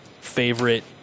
favorite